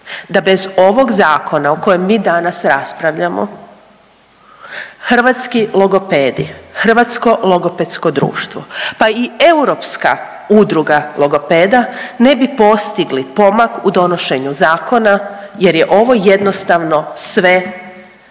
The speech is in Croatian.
da bez ovog Zakon o kojem mi danas raspravljamo hrvatski logopedi, Hrvatsko logopedsko društvo, pa i europska udruga logopeda ne bi postigli pomak u donošenju zakona jer je ovo jednostavno sve plod